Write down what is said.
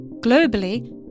Globally